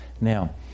Now